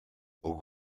aux